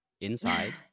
inside